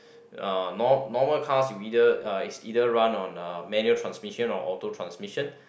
ya nor~ normal cars you either uh is either run on uh manual transmission or auto transmission